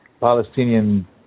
Palestinian